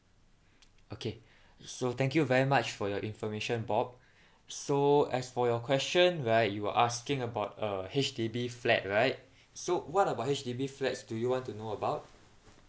okay so thank you very much for your information bob so as for your question right you were asking about a H_D_B flat right so what about H_D_B flats do you want to know about